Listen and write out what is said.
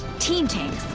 team tanks.